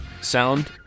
sound